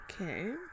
Okay